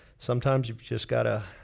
sometimes you just gotta.